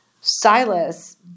Silas